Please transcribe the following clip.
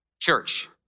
Church